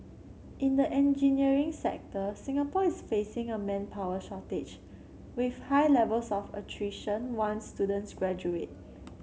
in the engineering sector Singapore is facing a manpower shortage with high levels of attrition once students graduate